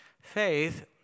Faith